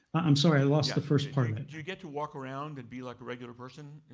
i'm sorry. i lost the first part of that. do you get to walk around and be like a regular person